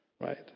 Right